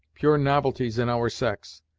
pure novelties in our sex,